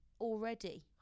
already